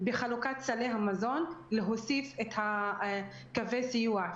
בחלוקת סלי המזון להוסיף את קווי הסיוע,